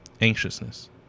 anxiousness